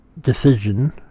decision